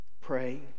pray